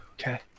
okay